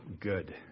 good